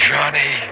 Johnny